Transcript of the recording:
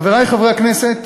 חברי חברי הכנסת,